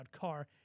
car